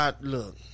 Look